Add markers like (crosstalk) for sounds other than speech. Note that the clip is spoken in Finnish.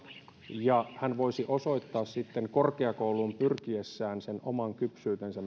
ja hän voisi osoittaa sitten korkeakouluun pyrkiessään sen oman kypsyytensä (unintelligible)